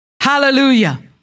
Hallelujah